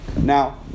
Now